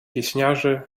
pieśniarzy